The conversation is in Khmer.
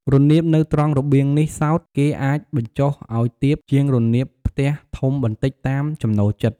រនាបនៅត្រង់របៀងនេះសោត គេអាចបញ្ចុះឱ្យទាបជាងរនាបផ្ទះធំបន្តិចតាមចំណូលចិត្ត។